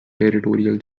territorial